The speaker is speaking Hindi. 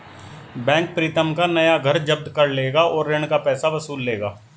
बैंक प्रीतम का नया घर जब्त कर लेगा और ऋण का पैसा वसूल लेगा